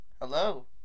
Hello